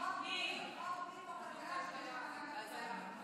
מה שמגיע מהמליאה כמעט לא מגיע לדיון.